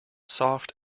soft